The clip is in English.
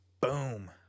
Boom